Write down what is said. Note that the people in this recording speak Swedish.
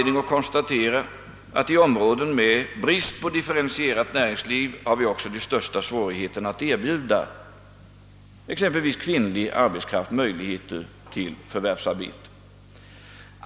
I områden med brist på differentierat näringsliv uppstår de största svårigheterna att erbjuda exempelvis kvinnlig arbetskraft möjligheter till förvärvsarbete.